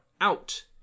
out